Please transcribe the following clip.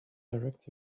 directs